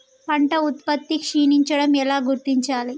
పంట ఉత్పత్తి క్షీణించడం ఎలా గుర్తించాలి?